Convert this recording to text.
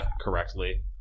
correctly